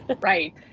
right